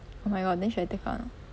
oh my god then should I take out or not